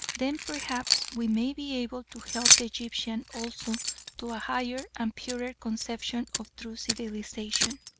then perhaps we may be able to help the egyptian also to a higher and purer conception of true civilisation.